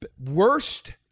Worst